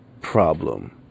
problem